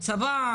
זה שאנחנו,